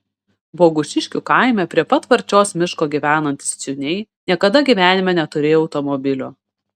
bogušiškių kaime prie pat varčios miško gyvenantys ciūniai niekada gyvenime neturėjo automobilio